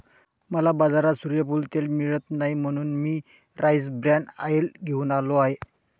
मला बाजारात सूर्यफूल तेल मिळत नाही म्हणून मी राईस ब्रॅन ऑइल घेऊन आलो आहे